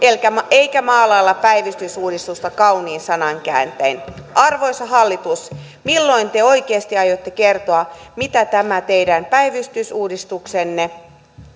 eikä maalailla päivystysuudistusta kaunein sanankääntein arvoisa hallitus milloin te oikeasti aiotte kertoa mitä tämä teidän päivystysuudistuksenne